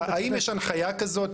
האם יש הנחיה כזאת?